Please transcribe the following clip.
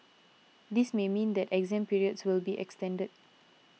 this may mean that exam periods will be extended